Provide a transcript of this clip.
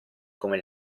come